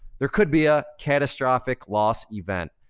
there could be a catastrophic loss event.